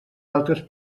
altres